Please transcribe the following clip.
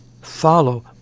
follow